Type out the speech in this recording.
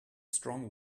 strong